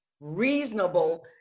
reasonable